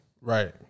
Right